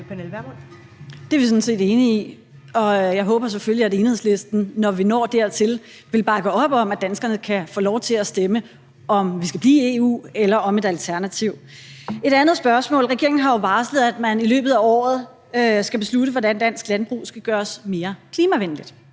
Det er vi sådan set enige i. Og jeg håber selvfølgelig, at Enhedslisten, når vi når dertil, vil bakke op om, at danskerne kan få lov til at stemme om, om vi skal blive i EU, eller et alternativ. Jeg har et andet spørgsmål. Regeringen har jo varslet, at man i løbet af året skal beslutte, hvordan dansk landbrug skal gøres mere klimavenligt.